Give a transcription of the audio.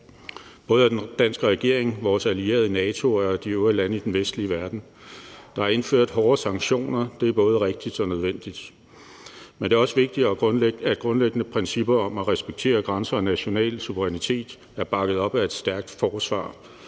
både af den danske regering, af vores allierede i NATO og af de øvrige lande i den vestlige verden. Der er indført hårde sanktioner. Det er både rigtigt og nødvendigt. Men det er også vigtigt, at grundlæggende principper om at respektere grænser og national suverænitet er bakket op af et stærkt forsvar